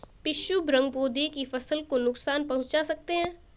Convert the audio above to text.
पिस्सू भृंग पौधे की फसल को नुकसान पहुंचा सकते हैं